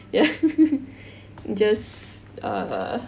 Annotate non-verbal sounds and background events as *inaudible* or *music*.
*laughs* just err